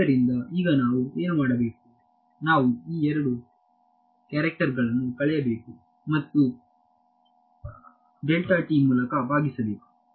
ಆದ್ದರಿಂದ ಈಗ ನಾವು ಏನು ಮಾಡಬೇಕು ನಾವು ಈ ಎರಡು ಕ್ಯಾರೆಕ್ಟರ್ ಗಳನ್ನು ಕಳೆಯಬೇಕು ಮತ್ತು ಮೂಲಕ ಭಾಗಿಸಬೇಕು